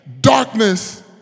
Darkness